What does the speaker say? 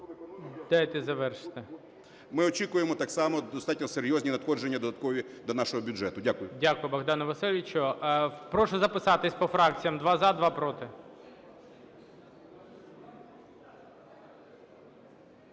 Дайте завершити. ЯРЕМЕНКО Б.В. Ми очікуємо так само достатньо серйозні надходження додаткові до нашого бюджету. Дякую. ГОЛОВУЮЧИЙ. Дякую, Богдане Васильовичу. Прошу записатись по фракціям: два – за, два – проти.